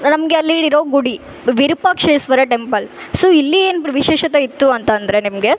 ನಮಗೆ ಅಲ್ಲಿ ಇರೋ ಗುಡಿ ವಿರುಪಾಕ್ಷೇಶ್ವರ ಟೆಂಪಲ್ ಸೊ ಇಲ್ಲಿ ಏನು ವಿಶೇಷತೆ ಇತ್ತು ಅಂತ ಅಂದರೆ ನಿಮಗೆ